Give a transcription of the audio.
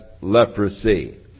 leprosy